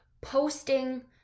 posting